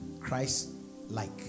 Christ-like